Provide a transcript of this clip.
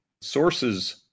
sources